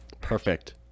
perfect